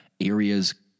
areas